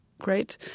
great